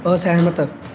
ਅਸਹਿਮਤ